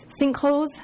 sinkholes